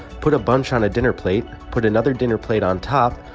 put a bunch on a dinner plate, put another dinner plate on top,